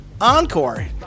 Encore